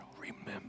remember